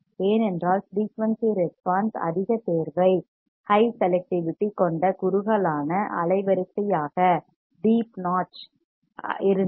ஏனென்றால் frequency response அதிக தேர்வைக் ஹை செலக்ட்டிவிட்டி கொண்ட குறுகலான அலைவரிசையாக டீப் நாட்ச் deep notch இருந்தது